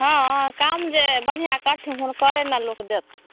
हँ अऽ काम जे बढ़िआँ करथिन हुनकरे ने लोक दै